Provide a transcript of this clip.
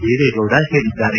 ದೇವೇಗೌಡ ಹೇಳಿದ್ದಾರೆ